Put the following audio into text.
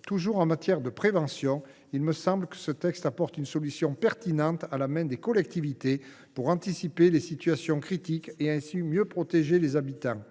toujours en matière de prévention, il me semble que ce texte met une solution pertinente à la main des collectivités pour anticiper les situations critiques et ainsi mieux protéger les habitants.